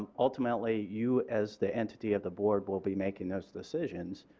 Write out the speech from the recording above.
um ultimately you as the entity of the board will be making those decisions.